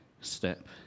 step